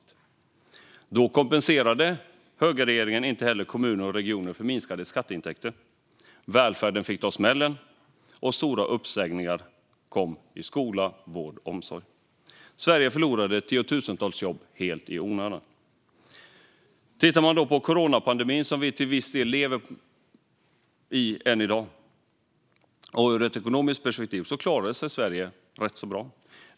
Inte heller då kompenserade högerregeringen kommuner och regioner för minskade skatteintäkter. Välfärden fick ta smällen, och stora uppsägningar kom i skola, vård och omsorg. Sverige förlorade tiotusentals jobb i onödan. Tittar man så på coronapandemin, som vi till viss del lever med än i dag, klarade sig Sverige ur ett ekonomiskt perspektiv rätt så bra.